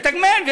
לתגמל.